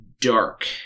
dark